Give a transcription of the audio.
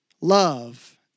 love